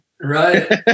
Right